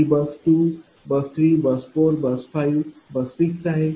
ही bus 2 bus 3 bus 4 bus 5 bus 6 आहे